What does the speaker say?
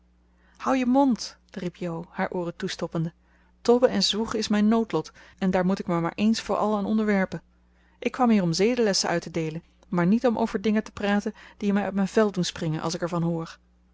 houd je mond riep jo haar ooren toestoppende tobben en zwoegen is mijn noodlot en daar moet ik me maar eens voor al aan onderwerpen ik kwam hier om zedelessen uit te deelen maar niet om over dingen te praten die mij uit mijn vel doen springen als ik er van hoor